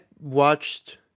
watched